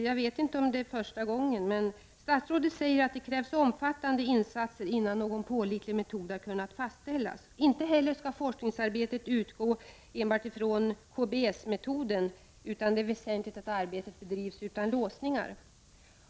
Jag vet inte om det är första gången som detta sker, men nu säger statsrådet att det krävs omfattande forskningsinsatser innan någon pålitlig metod kan fastställas. Inte heller skall forskningsarbetet utgå enbart från KBS-metoden, utan det är väsentligt att arbetet bedrivs utan låsning.